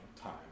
time